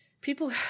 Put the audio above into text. people